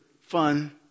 fun